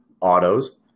autos